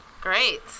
Great